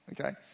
Okay